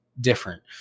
different